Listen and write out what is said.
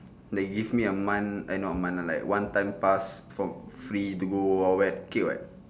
they give me a month eh not a month like one time pass for free to go wild wild wet okay [what]